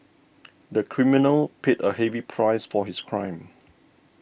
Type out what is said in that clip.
the criminal paid a heavy price for his crime